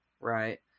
right